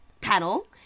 panel